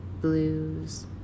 blues